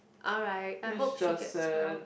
alright I hope she gets well